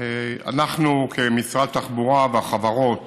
אנחנו, משרד התחבורה והחברות